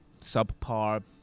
subpar